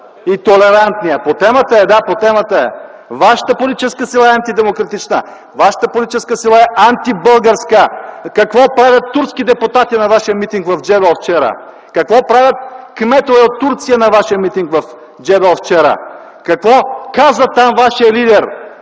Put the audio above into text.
ВОЛЕН СИДЕРОВ: По темата е! Да, по темата е. Вашата политическа сила е антидемократична. Вашата политическа сила е антибългарска! Какво правят турски депутати на вашия митинг в Джебел вчера? Какво правят кметове от Турция на вашия митинг в Джебел вчера? Какво каза там вашия лидер?